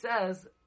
says